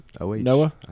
Noah